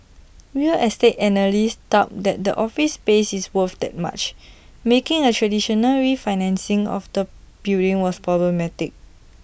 real estate analysts doubt that the office space is worth that much making A traditional refinancing of the building was problematic